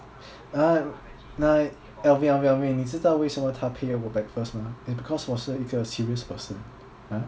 !huh! like alvin alvin alvin 你知道为什么他 pay 我 back first 吗 it's because 我是一个 serious person